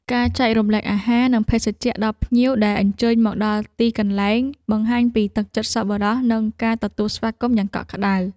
ការចែករំលែកអាហារ និងភេសជ្ជៈដល់ភ្ញៀវដែលអញ្ជើញមកដល់ទីកន្លែង បង្ហាញពីទឹកចិត្តសប្បុរសនិងការទទួលស្វាគមន៍យ៉ាងកក់ក្តៅ។